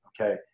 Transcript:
okay